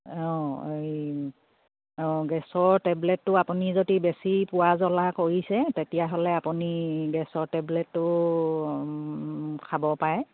অঁ এই অঁ গেছৰ টেবলেটটো আপুনি যদি বেছি পোৰা জ্বলা কৰিছে তেতিয়াহ'লে আপুনি গেছৰ টেবলেটটো খাব পাৰে